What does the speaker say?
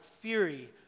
fury